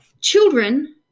children